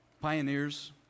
Pioneers